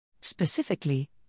Specifically